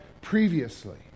previously